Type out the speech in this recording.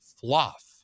fluff